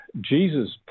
Jesus